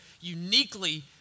uniquely